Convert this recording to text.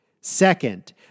Second